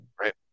Right